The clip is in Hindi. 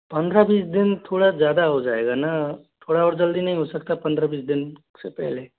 पंद्रह बीस दिन थोड़ा ज़्यादा हो जाएगा न थोड़ा और जल्दी नहीं हो सकता पंद्रह बीस दिन से पहले